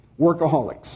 workaholics